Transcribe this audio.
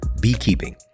beekeeping